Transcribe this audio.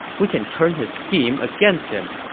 we can turn his scheme against him.